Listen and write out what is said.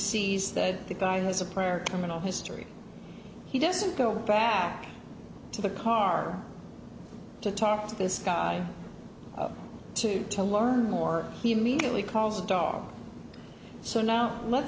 sees that the guy has a prayer criminal history he doesn't go back to the car to talk to this guy to to learn more he immediately calls a dog so now l